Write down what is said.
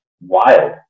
wild